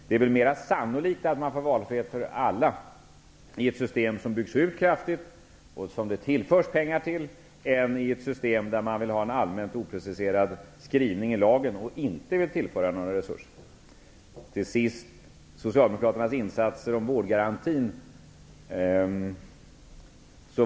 Det är väl mera sannolikt att man får valfrihet åt alla i ett system som byggs ut kraftigt och som tillförs pengar än i ett system där man vill ha en allmänt opreciserad skrivning i lagen och inte vill tillföra några resurser. Till sist något om Socialdemokraternas insatser för vårdgarantin.